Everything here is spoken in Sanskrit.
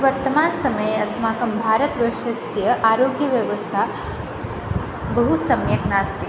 वर्तमानसमये अस्माकं भारतवर्षस्य आरोग्यव्यवस्था बहु सम्यक् नास्ति